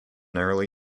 early